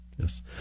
yes